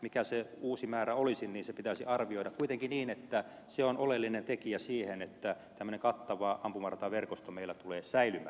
mikä se uusi määrä olisi se pitäisi arvioida kuitenkin niin että se on oleellinen tekijä siinä että tämmöinen kattava ampumarataverkosto meillä tulee säilymään